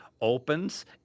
opens